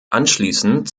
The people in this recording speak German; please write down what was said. anschließend